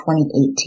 2018